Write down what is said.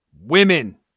women